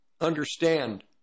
understand